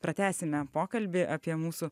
pratęsime pokalbį apie mūsų